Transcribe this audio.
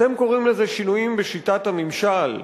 אתם קוראים לזה שינויים בשיטת הממשל,